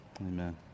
Amen